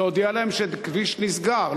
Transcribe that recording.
להודיע להם שכביש נסגר,